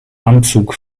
anzug